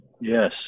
Yes